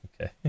Okay